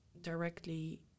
directly